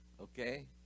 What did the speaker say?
okay